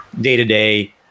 day-to-day